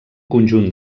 conjunt